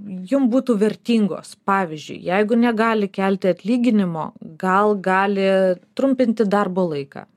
jum būtų vertingos pavyzdžiui jeigu negali kelti atlyginimo gal gali trumpinti darbo laiką